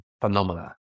phenomena